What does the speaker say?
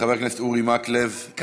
חבר הכנסת אורי מקלב, אינו נמצא.